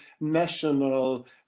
national